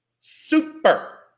super